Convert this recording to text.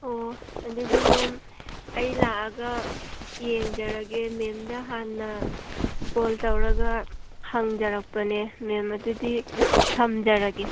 ꯑꯣ ꯑꯗꯨꯗꯤ ꯃꯦꯝ ꯑꯩ ꯂꯥꯛꯂꯒ ꯌꯦꯡꯖꯔꯒꯦ ꯃꯦꯝꯗ ꯍꯥꯟꯅ ꯀꯣꯜ ꯇꯧꯔꯒ ꯍꯪꯖꯔꯛꯄꯅꯦ ꯃꯦꯝ ꯑꯗꯨꯗꯤ ꯊꯝꯖꯔꯒꯦ